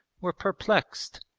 were perplexed,